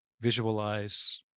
visualize